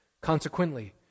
Consequently